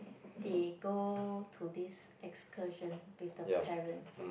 they go to this excursion with the parents